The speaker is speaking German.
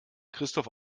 christoph